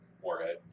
warhead